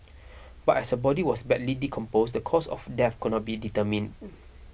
but as her body was badly decomposed the cause of death could not be determined